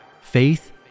faith